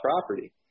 property